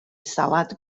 salad